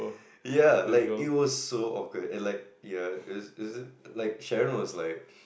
ya like it was so awkward and like ya is is like Sharon was like